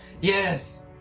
Yes